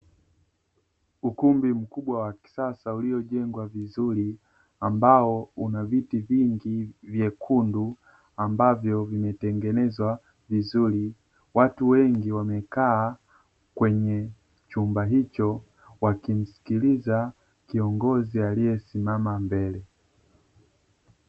Ukumbi mkubwa wa kisasa uliyojengwa vizuri, ambao una viti vyekundu, ambavyo vimetengenezwa vizuri, watu wengi wamekaa kwenye chumba hicho wakimsikiliza kiongozi aliyesimama mbele.